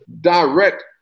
direct